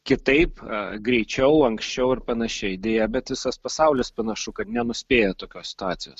kitaip greičiau anksčiau ir panašiai deja bet visas pasaulis panašu kad nenuspėja tokios situacijos